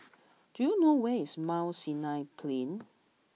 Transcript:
do you know where is Mount Sinai Plain